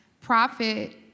profit